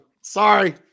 Sorry